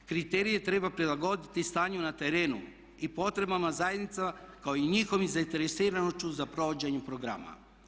Kriterije treba prilagoditi stanju na terenu i potrebama zajednica kao i njihovom zainteresiranošću za provođenjem programa.